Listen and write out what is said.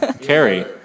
Carrie